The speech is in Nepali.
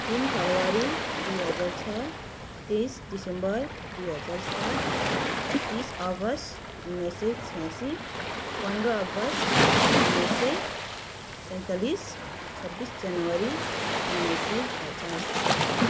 तिन फरवरी दुई हजार छ तेइस दिसम्बर दुई हजार सात तिस अगस्त उन्नाइस सय छ्यासी पन्ध्र अगस्त उन्नाइस सय सैँतालिस छब्बिस जनवरी उन्नाइस सय पचास